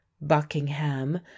buckingham